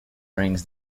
rings